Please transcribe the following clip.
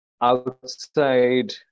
outside